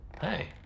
Hey